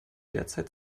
derzeit